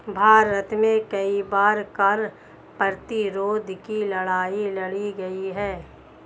भारत में कई बार कर प्रतिरोध की लड़ाई लड़ी गई है